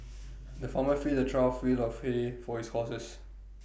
the farmer filled A trough full of hay for his horses